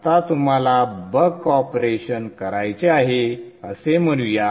आता तुम्हाला buck operation करायचे आहे असे म्हणूया